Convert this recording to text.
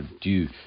due